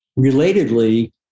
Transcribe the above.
Relatedly